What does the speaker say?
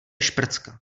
šprcka